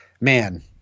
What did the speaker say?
man